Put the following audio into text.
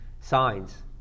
signs